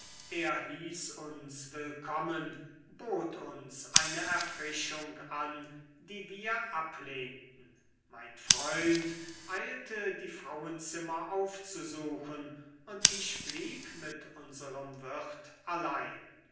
er hieß uns willkommen bot uns eine erfrischung an die wir ablehnten mein freund eilte die frauenzimmer aufzusuchen und ich blieb mit unserem wirt allein